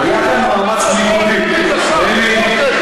היה כאן מאמץ אמיתי, תן לי.